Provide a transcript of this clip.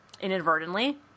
inadvertently